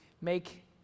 make